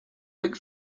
big